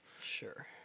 Sure